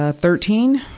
ah thirteen.